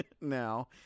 now